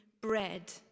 bread